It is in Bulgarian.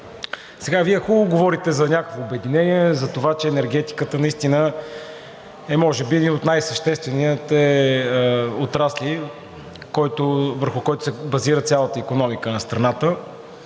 сега Вие хубаво говорите за някакво обединение, за това, че енергетиката наистина е може би един от най-съществените отрасли, върху който се базира цялата икономика на страната.